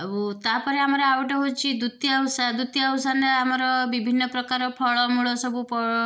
ଆଉ ତାପରେ ଆମର ଆଉ ଗୋଟେ ହେଉଛି ଦ୍ୱିତୀୟା ଓଷା ଦ୍ୱିତୀୟା ଓଷା ନେ ଆମର ବିଭିନ୍ନ ପ୍ରକାର ଫଳ ମୂଳ ସବୁ ପ